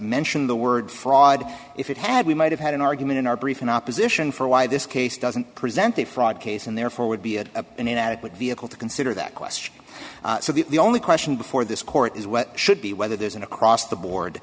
mention the word fraud if it had we might have had an argument in our brief in opposition for why this case doesn't present a fraud case and therefore would be a an inadequate vehicle to consider that question so that the only question before this court is what should be whether there's an across the board